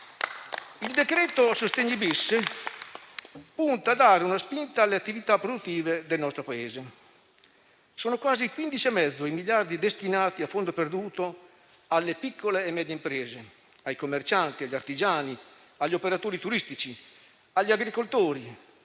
Il decreto-legge sostegni-*bis* punta a dare una spinta alle attività produttive del nostro Paese. Sono quasi 15 e mezzo i miliardi destinati a fondo perduto alle piccole e medie imprese, ai commercianti, agli artigiani, agli operatori turistici, agli agricoltori